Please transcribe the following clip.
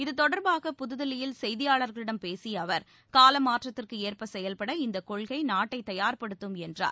இத்தொடர்பாக புதுதில்லியில் செய்தியாளர்களிடம் பேசிய அவர் கால மாற்றத்திற்கு ஏற்ப செயல்பட இந்த கொள்கை நாட்டை தயார்படுத்தும் என்றார்